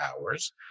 hours